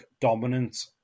dominant